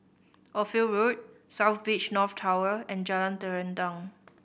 Ophir Road South Beach North Tower and Jalan Terentang